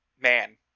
man